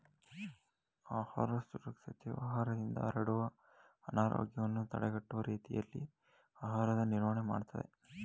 ಆಹಾರ ಸುರಕ್ಷತೆಯು ಆಹಾರದಿಂದ ಹರಡುವ ಅನಾರೋಗ್ಯವನ್ನು ತಡೆಗಟ್ಟುವ ರೀತಿಯಲ್ಲಿ ಆಹಾರದ ನಿರ್ವಹಣೆ ಮಾಡ್ತದೆ